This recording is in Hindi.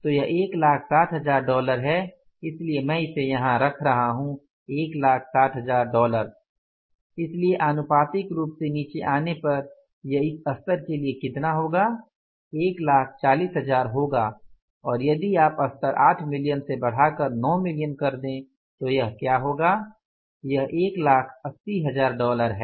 तो यह १६०००० डॉलर है इसलिए मैं इसे यहां रख रहा हूं १६०००० डॉलर इसलिए आनुपातिक रूप से नीचे आने पर यह इस स्तर के लिए कितना होगा १४०००० होगा और यदि आप स्तर ८ मिलियन से बढ़ाकर ९ मिलियन कर दे तो यह क्या होगा यह 1800000 है